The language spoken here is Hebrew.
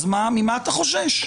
אז ממה אתה חושש?